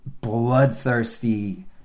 bloodthirsty